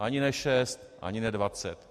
Ani ne šest, ani ne dvacet.